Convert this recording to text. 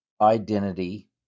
identity